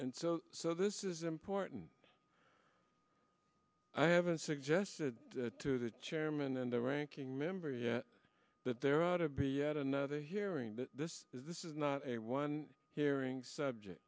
and so this is important i haven't suggested to the chairman and the ranking member yet that there ought to be yet another hearing that this this is not a one hearing subject